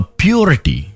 purity